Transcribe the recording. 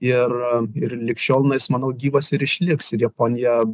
ir ir lig šiol na jis manau gyvas ir išliks ir japonija